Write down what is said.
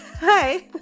Hi